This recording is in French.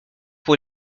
pour